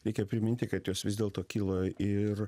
reikia priminti kad jos vis dėl to kyla ir